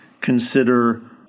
consider